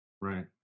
right